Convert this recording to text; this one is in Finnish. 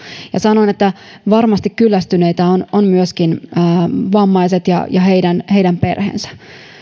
ja sanoin että varmasti kyllästyneitä ovat myöskin vammaiset ja ja heidän heidän perheensä